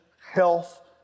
health